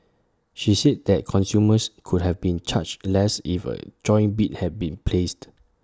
she said that consumers could have been charged less if A joint bid had been placed